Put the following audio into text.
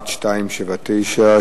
שאילתא מס' 1279,